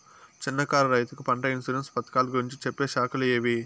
చిన్న కారు రైతుకు పంట ఇన్సూరెన్సు పథకాలు గురించి చెప్పే శాఖలు ఏవి?